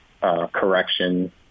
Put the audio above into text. correction